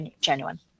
genuine